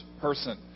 person